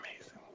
amazing